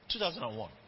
2001